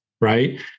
right